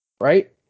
right